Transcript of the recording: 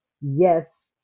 yes